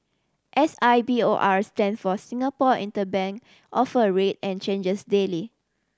S I B O R stands for Singapore Interbank Offer Rate and changes daily